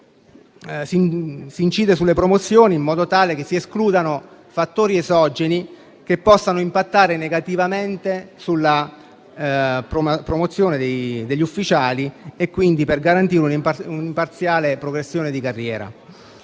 si incide sulle promozioni, in modo tale da escludere fattori esogeni che possano impattare negativamente sulla promozione degli ufficiali e, quindi, per garantire un'imparziale progressione di carriera.